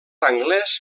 anglès